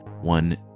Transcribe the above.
One